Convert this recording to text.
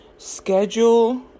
schedule